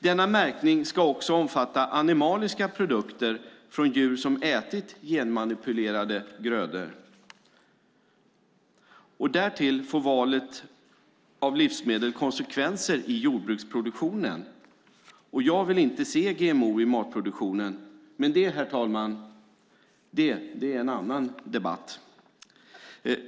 Denna märkning ska också omfatta animaliska produkter från djur som ätit genmanipulerade grödor. Därtill får valet av livsmedel konsekvenser i jordbruksproduktionen, och jag vill inte se GMO i matproduktionen. Men det, herr talman, är en annan debatt.